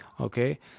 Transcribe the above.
okay